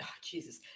Jesus